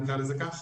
נקרא לזה כך.